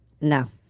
No